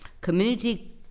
community